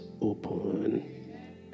open